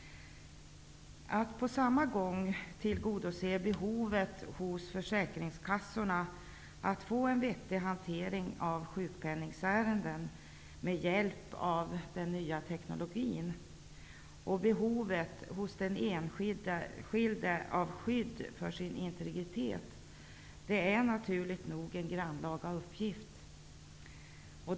Att på samma gång tillgodose behovet hos försäkringskassorna att få en vettig hantering av sjukpenningsärenden med hjälp av ny teknologi och behovet hos den enskilde av skydd för sin integritet är naturligt nog en grannlaga uppgift.